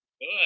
Good